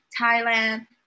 Thailand